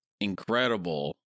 incredible